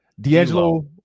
d'angelo